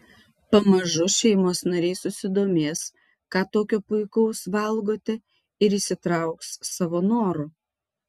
pamažu šeimos nariai susidomės ką tokio puikaus valgote ir įsitrauks savo noru